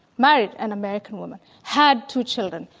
married an american woman, had two children,